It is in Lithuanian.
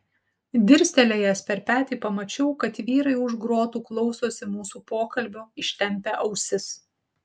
dirstelėjęs per petį pamačiau kad vyrai už grotų klausosi mūsų pokalbio ištempę ausis